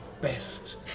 best